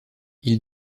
ils